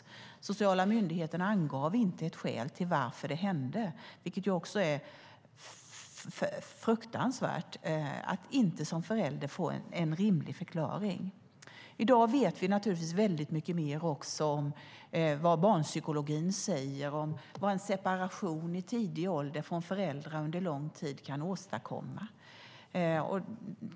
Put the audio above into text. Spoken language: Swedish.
De sociala myndigheterna angav inte något skäl för att det hände, vilket är fruktansvärt. Det är fruktansvärt att som förälder inte få någon rimlig förklaring. I dag vet vi mycket mer om vad barnpsykologin säger om vad en separation i tidig ålder från föräldrar under lång tid kan åstadkomma.